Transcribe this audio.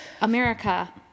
America